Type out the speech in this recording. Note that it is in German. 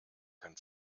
kann